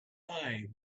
eye